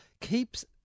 keeps